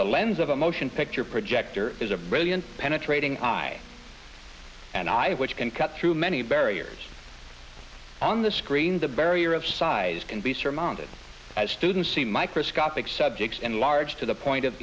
the lens of a motion picture projector is a brilliant penetrating high and eye which can cut through many barriers on the screen the barrier of size can be surmounted as students see microscopic subjects and large to the point of